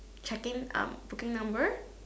checking um booking number